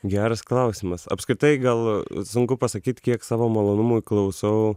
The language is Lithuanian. geras klausimas apskritai gal sunku pasakyt kiek savo malonumui klausau